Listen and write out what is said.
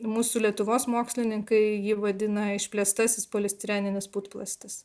mūsų lietuvos mokslininkai jį vadina išplėstasis polistreninis putplastis